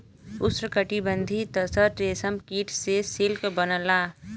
उष्णकटिबंधीय तसर रेशम कीट से सिल्क बनला